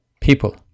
people